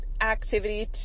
activity